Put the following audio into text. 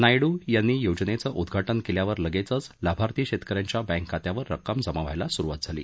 नायडू यांनी योजनेचं उद्वाटन केल्यावर लगेचच लाभार्थी शेतक यांच्या बँक खात्यावर रक्कम जमा व्हायला सुरुवात झाली